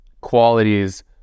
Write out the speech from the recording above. qualities